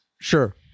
Sure